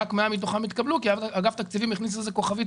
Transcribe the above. רק 100 מתוכם התקבלו כי אגף התקציבים הכניס כוכבית